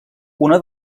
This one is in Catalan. una